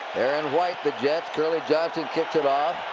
and white, the jets. curley johnson kicks it off.